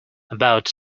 about